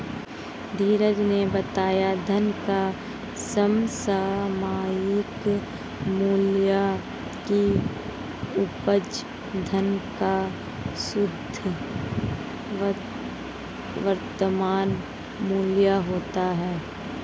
धीरज ने बताया धन का समसामयिक मूल्य की उपज धन का शुद्ध वर्तमान मूल्य होता है